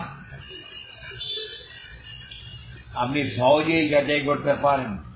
যা আপনি সহজেই যাচাই করতে পারেন